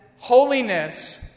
Holiness